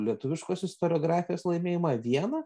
lietuviškos istoriografijos laimėjimą viena